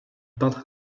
peintre